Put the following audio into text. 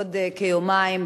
בעוד כיומיים,